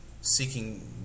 seeking